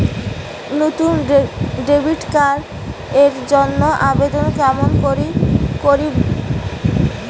নতুন debit card এর জন্যে আবেদন কেমন করি করিম?